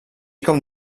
com